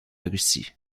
russie